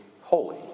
holy